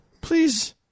Please